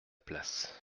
place